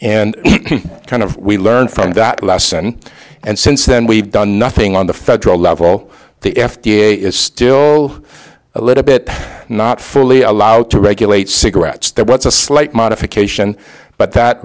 and kind of we learned from that lesson and since then we've done nothing on the federal level the f d a is still a little bit not fully allowed to regulate cigarettes there was a slight modification but that